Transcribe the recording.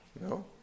No